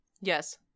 Yes